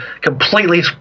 completely